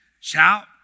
Shout